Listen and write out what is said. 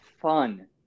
fun